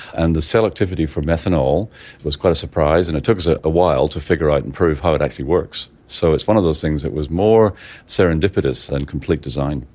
and the cell activity for methanol was quite a surprise, and it took us ah a while to figure out and prove how it actually works. so it's one of those things that was more serendipitous than complete design.